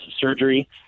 surgery